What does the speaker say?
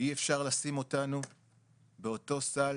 אי אפשר לשים אותנו באותו סל